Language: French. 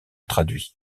traduits